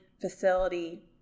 facility